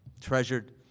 treasured